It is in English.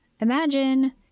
imagine